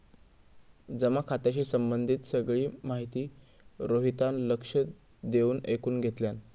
जमा खात्याशी संबंधित सगळी माहिती रोहितान लक्ष देऊन ऐकुन घेतल्यान